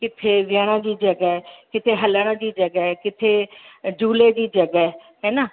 किथे विहण जी जॻह किथे हलण जी जॻह किथे झूले जी जॻह हा न